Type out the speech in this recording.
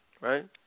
right